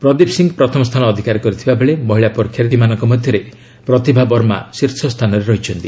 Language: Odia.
ପ୍ରଦୀପ ସିଂ ପ୍ରଥମ ସ୍ଥାନ ଅଧିକାର କରିଥିବା ବେଳେ ମହିଳା ପରୀକ୍ଷାର୍ଥୀମାନଙ୍କ ମଧ୍ୟରେ ପ୍ରତିଭା ବର୍ମା ଶୀର୍ଷସ୍ଥାନରେ ଅଛନ୍ତି